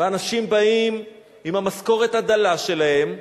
ואנשים באים עם המשכורת הדלה שלהם,